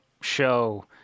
show